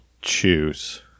choose